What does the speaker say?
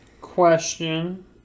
question